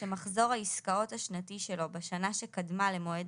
שמחזור העסקאות השנתי שלו בשנה שקדמה למועד